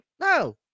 no